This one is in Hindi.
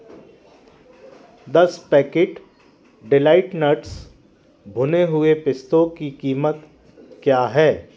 दस पैकेट डिलाइट नट्स भुने हुए पिस्तों की कीमत क्या है